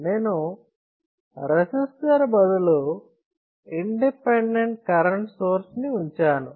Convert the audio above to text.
నేను రెసిస్టర్ బదులు independent current source ని ఉంచాను